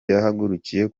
yahagurukiye